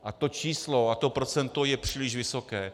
A to číslo, to procento je příliš vysoké.